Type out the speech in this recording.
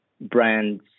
brands